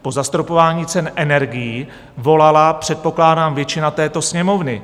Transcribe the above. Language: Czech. Po zastropování cen energií volala předpokládám většina této Sněmovny.